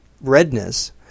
redness